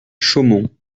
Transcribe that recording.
chaumont